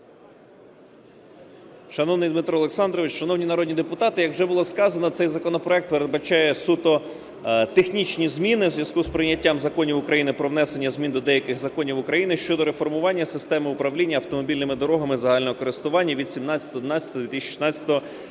Шановний Дмитро Олександрович, шановні народні депутати, як вже було сказано, цей законопроект передбачає суто технічні зміни у зв'язку з прийняттям законів України "Про внесення змін до деяких законів України щодо реформування системи управління автомобільними дорогами загального користування" від 17.11.2016 №